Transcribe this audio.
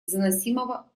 заносимого